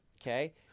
okay